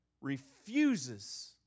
refuses